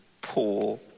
poor